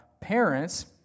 parents